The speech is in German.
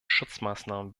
schutzmaßnahmen